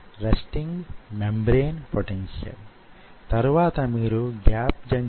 swimming pool యొక్క వొక diving బోర్డును వూహించుకొండి ఇది వొక స్విమ్మింగ్ పూల్ అనుకుందాం